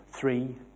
three